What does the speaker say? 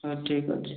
ହଉ ଠିକ୍ ଅଛି